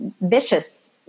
vicious